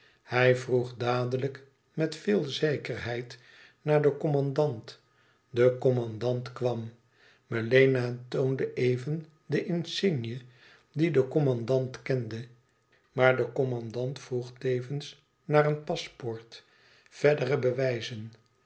hij vroeg dadelijk met veel zekerheid naar den commandant de commandant kwam melena toonde even de insigne die de commandant kende maar de commandant vroeg tevens naar een paspoort verdere bewijzen